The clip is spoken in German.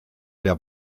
der